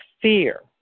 fear